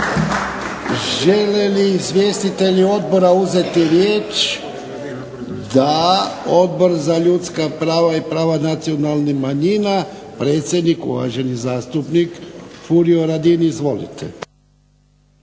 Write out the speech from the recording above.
Žele li izvjestitelji odbora uzeti riječ? Da. Odbor za ljudska prava i prava nacionalnih manjina, predsjednik uvaženi zastupnik Furio Radin. Izvolite.